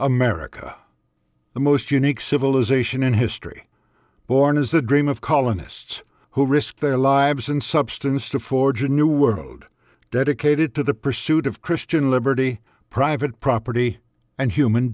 america the most unique civilization in history born as a dream of colonists who risked their lives in substance to forge a new world dedicated to the pursuit of christian liberty private property and human